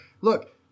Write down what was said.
look